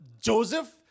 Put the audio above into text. Joseph